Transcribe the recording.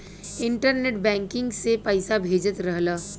internet banking से पइसा भेजत रहला